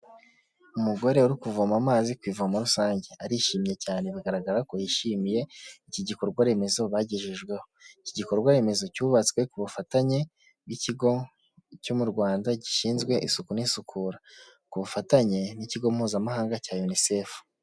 Umugore uri kuvoma amazi ku ivomo rusange arishimye cyane bigaragara ko yishimiye iki gikorwa remezo bagejejweho. Iki gikorwa remezo cyubatswe ku bufatanye bw'ikigo cyo mu Rwanda gishinzwe isuku n'isukura ku bufatanye n'ikigo mpuzamahanga cya Unicef.